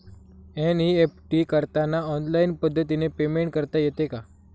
NEFT करताना online पद्धतीने payment करता येते का?